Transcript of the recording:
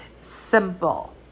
simple